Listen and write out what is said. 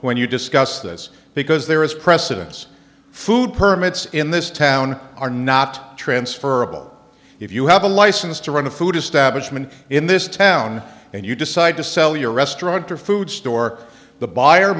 when you discuss this because there is precedence food permits in this town are not transferable if you have a license to run a food establishment in this town and you decide to sell your restaurant or food store the buyer